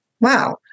Wow